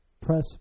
press